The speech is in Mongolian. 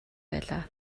байлаа